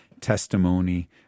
testimony